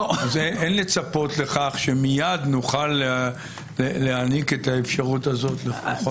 אין לצפות לכך שמיד נוכל להעניק את האפשרות הזאת לכל אזרח.